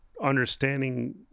understanding